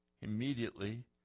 Immediately